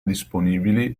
disponibili